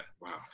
Wow